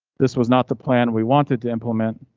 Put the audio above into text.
this was not the plan we wanted to implement.